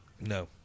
No